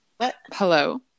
Hello